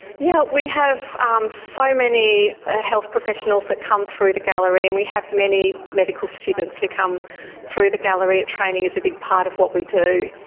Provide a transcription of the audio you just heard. yeah, we have um so many ah health professionals that come through the gallery, and we have many medical students who come through the gallery. training is a big part of what we do.